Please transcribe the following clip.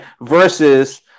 versus